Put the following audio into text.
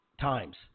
times